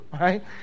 right